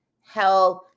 health